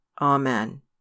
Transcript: Amen